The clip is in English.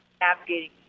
navigating